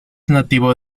nativo